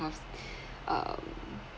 tough s~ um